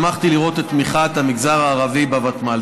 שמחתי לראות את תמיכת המגזר הערבי בוותמ"ל.